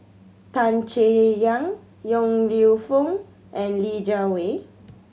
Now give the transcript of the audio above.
Tan Chay Yan Yong Lew Foong and Li Jiawei